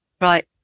right